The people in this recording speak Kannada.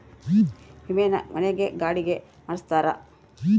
ವಿಮೆನ ಮನೆ ಗೆ ಗಾಡಿ ಗೆ ಮಾಡ್ಸ್ತಾರ